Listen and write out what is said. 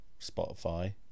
spotify